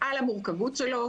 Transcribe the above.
על המורכבות שלו,